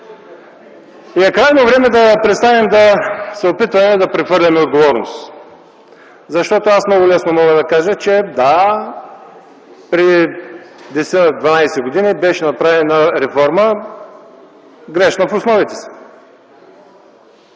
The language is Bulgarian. тях. Крайно време е да престанем да се опитваме да прехвърляме отговорност, защото много лесно мога да кажа, че: „Да, преди 10-12 години беше направена реформа – грешна в основите си!”